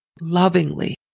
lovingly